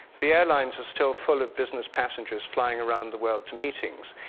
the airlines is still full of business passengers flying around the world to meetings.